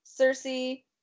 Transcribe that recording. Cersei